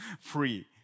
free